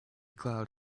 cloud